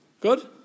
Good